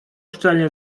szczelnie